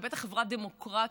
ובטח חברה דמוקרטית,